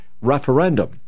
referendum